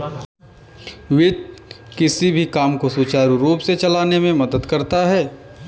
वित्त किसी भी काम को सुचारू रूप से चलाने में मदद करता है